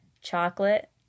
chocolate